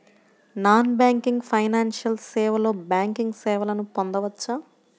Non banking financial సేవలో banking సేవలను పొందవచ్చా?